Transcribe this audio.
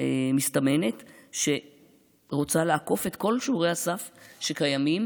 מסתמנת שרוצה לעקוף את כל שומרי הסף שקיימים,